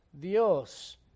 Dios